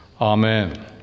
Amen